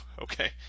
Okay